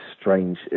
strange